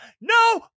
no